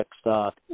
stock